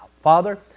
Father